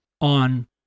on